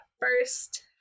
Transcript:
first